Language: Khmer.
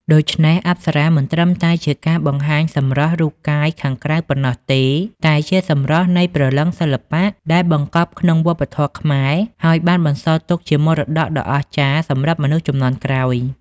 ដូច្នេះ អប្សរាមិនត្រឹមតែជាការបង្ហាញសម្រស់រូបកាយខាងក្រៅប៉ុណ្ណោះទេ តែជា សម្រស់នៃព្រលឹងសិល្បៈ ដែលបង្កប់ក្នុងវប្បធម៌ខ្មែរ ហើយបានបន្សល់ទុកជាមរតកដ៏អស្ចារ្យសម្រាប់មនុស្សជំនាន់ក្រោយ។